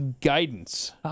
guidance